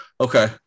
okay